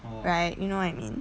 right you know I mean